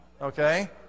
okay